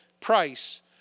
price